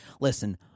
Listen